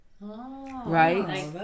Right